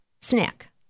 Snack